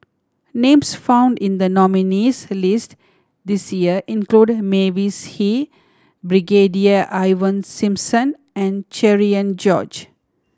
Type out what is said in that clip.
names found in the nominees' list this year include Mavis Hee Brigadier Ivan Simson and Cherian George